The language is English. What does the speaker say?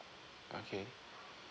okay